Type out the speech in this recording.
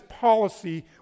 policy